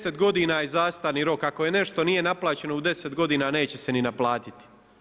10 godina je zastarni rok, ako nešto nije naplaćeno u 10 godina neće se ni naplatiti.